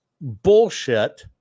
bullshit